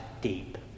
deep